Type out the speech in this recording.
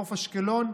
חוף אשקלון,